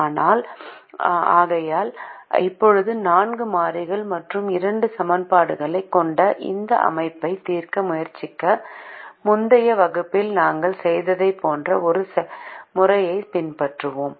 ஆகையால் இப்போது நான்கு மாறிகள் மற்றும் இரண்டு சமன்பாடுகளைக் கொண்ட இந்த அமைப்பைத் தீர்க்க முயற்சிக்க முந்தைய வகுப்பில் நாங்கள் செய்ததைப் போன்ற ஒரு முறையைப் பின்பற்றுகிறோம்